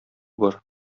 бар